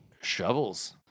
Shovels